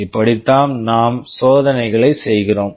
இப்படித்தான் நாம் சோதனைகளை செய்கிறோம்